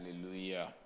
Hallelujah